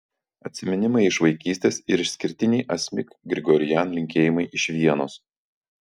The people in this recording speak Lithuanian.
atsiminimai iš vaikystės ir išskirtiniai asmik grigorian linkėjimai iš vienos